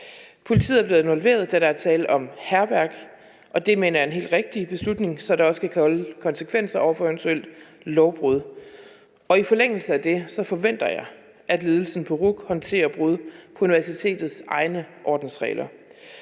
Politiet er blevet involveret, da der er tale om hærværk, og det mener jeg er den helt rigtige beslutning, så et eventuelt lovbrud kan blive mødt med konsekvenser. I forlængelse af det forventer jeg, at ledelsen på RUC håndterer brud på universitetets egne ordensregler.